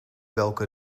welke